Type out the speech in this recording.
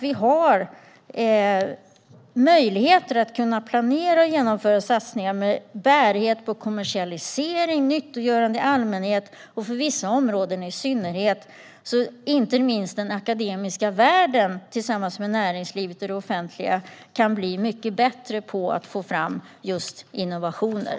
Vi har möjligheter att planera och genomföra satsningar med bärighet på kommersialisering, nyttogörande i allmänhet och för vissa områden i synnerhet så att inte minst den akademiska världen tillsammans med näringslivet och det offentliga kan bli mycket bättre på att få fram innovationer.